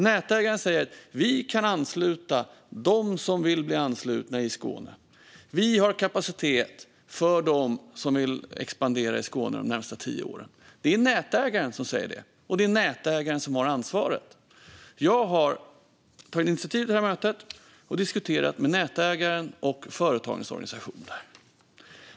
Nätägaren säger att de kan ansluta dem som vill bli anslutna i Skåne och att de har kapacitet för dem som vill expandera i Skåne under de närmaste tio åren. Det är nätägaren som säger detta, och det är nätägaren som har ansvaret. Jag har tagit initiativ till mötet och diskuterat med nätägaren och företagens organisationer.